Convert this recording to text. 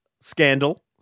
scandal